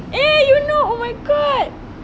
eh you know oh my god